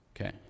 Okay